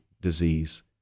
disease